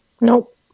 Nope